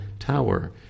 tower